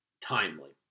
timely